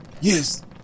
Yes